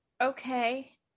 okay